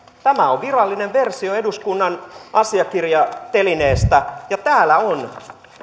tämä on virallinen versio eduskunnan asiakirjatelineestä ja täällä on